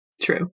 True